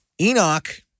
Enoch